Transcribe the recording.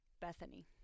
bethany